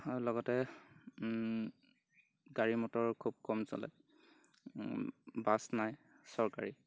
লগতে গাড়ী মটৰ খুব কম চলে বাছ নাই চৰকাৰী